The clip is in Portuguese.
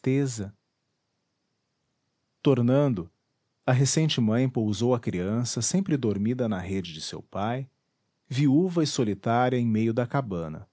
tristeza tornando a recente mãe pousou a criança sempre dormida na rede de seu pai viúva e solitária em meio da cabana